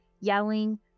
yelling